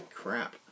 crap